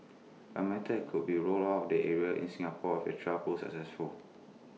the method could be rolled out the areas in Singapore if the trial proves successful